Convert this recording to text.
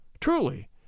Truly